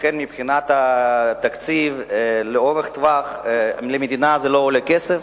לכן מבחינת התקציב ארוך הטווח למדינה זה לא עולה כסף,